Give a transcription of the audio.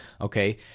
okay